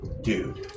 Dude